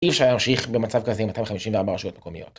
אי אפשר להמשיך במצב כזה עם 254 רשויות מקומיות.